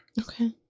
Okay